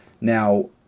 Now